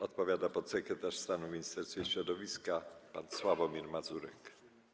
Odpowiada podsekretarz stanu w Ministerstwie Środowiska pan Sławomir Mazurek.